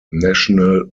national